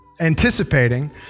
anticipating